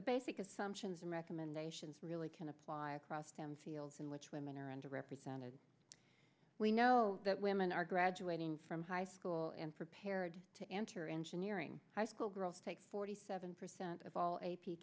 the basic assumptions and recommendations really can apply across stem fields in which women are underrepresented we know that women are graduating from high school and prepared to enter engineering high school girls take forty seven percent of all a